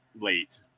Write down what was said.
late